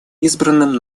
избранным